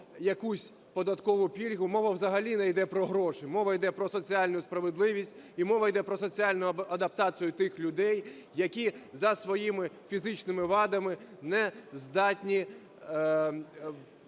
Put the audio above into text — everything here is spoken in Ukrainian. якусь податкову пільгу. Мова взагалі не йде про гроші, мова йде про соціальну справедливість і мова йде про соціальну адаптацію тих людей, які за своїми фізичними вадами не здатні